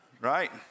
Right